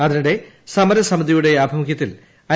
അതിനിടെ സമരസമിതിയുടെ ആഭിമുഖ്യത്തിൽ ഐ